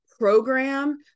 program